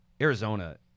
Arizona